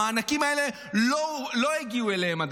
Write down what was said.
המענקים האלה עדיין לא הגיעו אליהם,